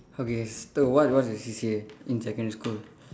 okay so what what's your C_C_A in secondary school